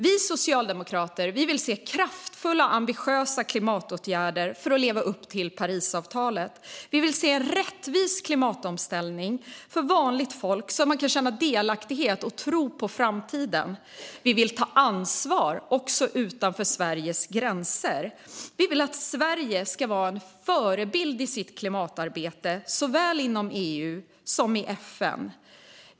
Vi socialdemokrater vill se kraftfulla och ambitiösa klimatåtgärder för att leva upp till Parisavtalet. Vi vill se en rättvis klimatomställning för vanligt folk, så att man kan känna delaktighet och tro på framtiden. Vi vill ta ansvar också utanför Sveriges gränser. Vi vill att Sverige ska vara en förebild i sitt klimatarbete, såväl inom EU som i FN.